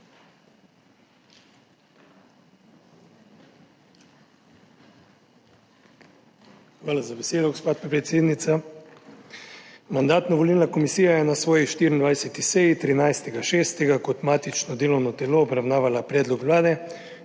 Hvala za besedo, gospa predsednica. Mandatno-volilna komisija je na svoji 24. seji 13. 6. kot matično delovno telo obravnavala predlog Vlade